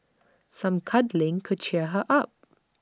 some cuddling could cheer her up